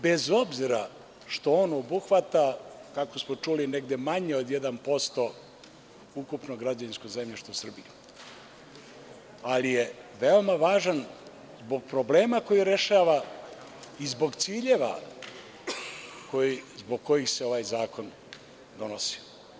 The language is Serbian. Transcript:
Bez obzira što on obuhvata, kako smo čuli negde manje od 1% ukupno građevinsko zemljište u Srbiji, ali je veoma važan i zbog problema koji rešava i zbog ciljeva zbog kojih se ovaj zakon donosi.